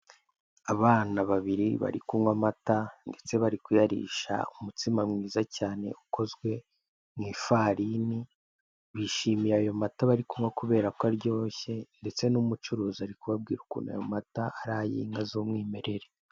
Abana babiri bari kunkwa amata ndetse bari kuyarisha umutsima mwiza cyane ukozwe mwifarini bishimiye ayo mata bari kunkwa kubera ko aryoshye, ndetse numucuruzi ari kubabwira ukuntu ayo mata ari ayinka zumwimerere.